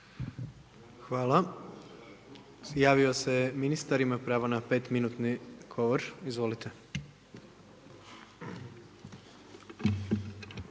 Hvala. Javio se ministar, ima pravo na pet minutni govor, izvolite.